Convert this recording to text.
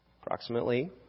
Approximately